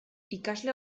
ikasle